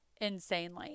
insanely